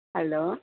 hello